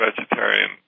vegetarian